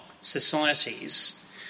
societies